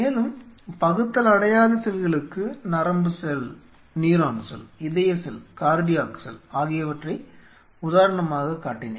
மேலும் பகுத்தலடையாத செல்களுக்கு நரம்பு செல் இதய செல் ஆகியவற்றை உதாரணமாகக் காட்டினேன்